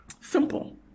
Simple